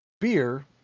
beer